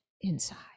inside